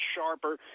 sharper